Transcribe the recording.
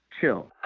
chill